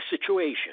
situation